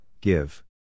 give